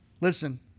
Listen